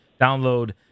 Download